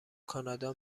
کانادا